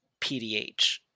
PDH